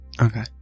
Okay